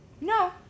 No